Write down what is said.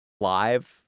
live